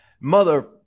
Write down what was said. Mother